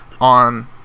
on